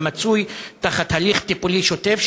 המצוי בהליך טיפולי שוטף,